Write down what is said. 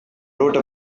wrote